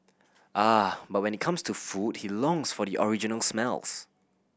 ah but when it comes to food he longs for the original smells